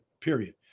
period